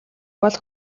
бол